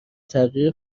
تغییر